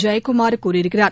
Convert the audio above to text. ஜெயகுமார் கூறியிருக்கிறார்